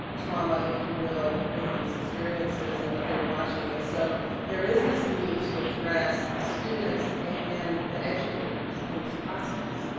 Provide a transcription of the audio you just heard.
trauma, if you will, with these experiences and what they're watching. and so there is this need to address the students and the educators in this process.